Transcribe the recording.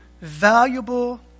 valuable